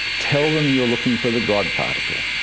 tell them you are looking for the god particle.